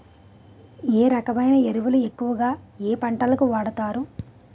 ఏ రకమైన ఎరువులు ఎక్కువుగా ఏ పంటలకు వాడతారు?